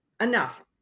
enough